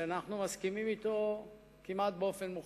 ואנחנו מסכימים אתו כמעט באופן מוחלט.